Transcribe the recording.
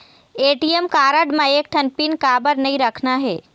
ATM card म एक ठन पिन काबर नई रखना हे?